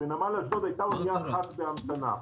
שבנמל אשדוד הייתה אונייה אחת בהמתנה.